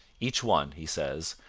each one he says,